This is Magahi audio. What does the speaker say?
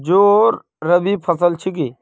जौ रबी फसल छिके